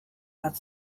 bat